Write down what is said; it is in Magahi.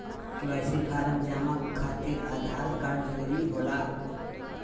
के.वाई.सी फॉर्म जमा खातिर आधार कार्ड जरूरी होला?